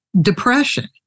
depression